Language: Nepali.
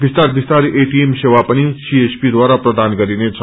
विस्तार विस्तार एटिएम सेवा पनि सीएसपी ब्रारा प्रदान गरिनेछ